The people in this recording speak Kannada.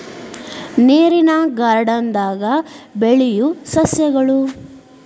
ನೇರಿನ ಗಾರ್ಡನ್ ದಾಗ ಬೆಳಿಯು ಸಸ್ಯಗಳು